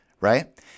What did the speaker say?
right